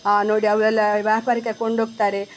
ಆ ನೋಡಿ ಅವರೆಲ್ಲ ವ್ಯಾಪಾರಿ ಕರ್ಕೊಂಡು ಹೋಗ್ತಾರೆ